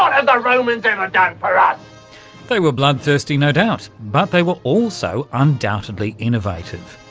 ah and romans ever done for um they were bloodthirsty no doubt, but they were also undoubtedly innovative.